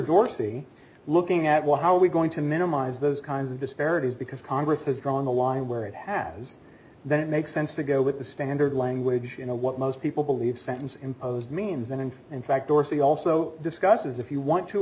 dorsey looking at what how we going to minimize those kinds of disparities because congress has drawn the line where it has then it makes sense to go with the standard language you know what most people believe sentence imposed means and in fact dorsey also discusses if you want to